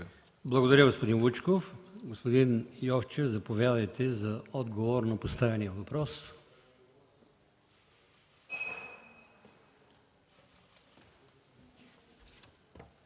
Благодаря Ви, господин Вучков. Господин министър, заповядайте да отговорите на поставения въпрос.